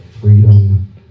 freedom